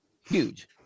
Huge